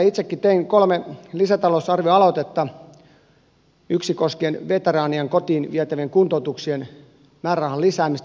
itsekin tein kolme lisätalousarvioaloitetta yhden koskien veteraanien kotiin vietävien kuntoutuksien määrärahan lisäämistä